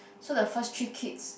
so the first three kids